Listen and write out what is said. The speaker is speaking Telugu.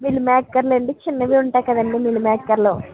మిల్ మేకర్లు అండి చిన్నవే ఉంటాయి కదండి మిల్ మేకర్లు